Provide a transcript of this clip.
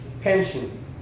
pension